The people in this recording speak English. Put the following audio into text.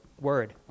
word